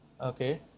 Okay